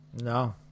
No